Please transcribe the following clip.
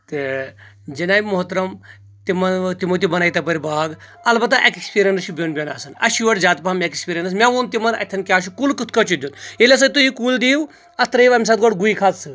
تہٕ جناب محترم تِمن تِمو تہِ بنٲے تپٲر باغ البتہ ایٚکٕسپیرینس چھِ بیوٚن بیٚون آسان اسہِ چھِ یورٕ زیادٕ پہم ایٚکٕسپیرینس مےٚ ووٚن تِمن اتٮ۪ن کیاہ چھُ کُل کِتھ کٲٹھۍ چھُ دیُتھ ییٚلہِ ہسا تُہۍ یہِ کُل دِیو اتھ ترٲیِو امہِ ساتہٕ گۄڑٕ گُہۍ کھاد سۭتۍ